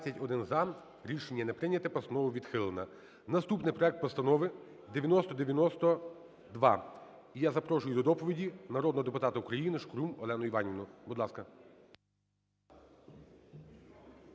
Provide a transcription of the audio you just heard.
Рішення не прийнято. Постанова відхилена. Наступне – проект Постанови 9090-2. І я запрошую до доповіді народного депутата України Шкрум Альону Іванівну. Будь ласка.